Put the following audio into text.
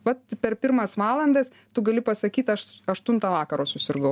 vat per pirmas valandas tu gali pasakyt aš aštuntą vakaro susirgau